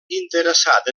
interessat